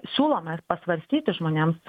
siūlom mes pasvarstyti žmonėms